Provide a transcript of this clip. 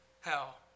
hell